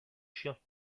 chiens